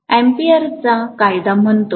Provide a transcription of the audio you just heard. अॅम्पीयरचा कायदा म्हणतो